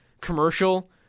commercial